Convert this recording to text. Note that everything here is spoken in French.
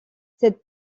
cette